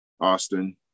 Austin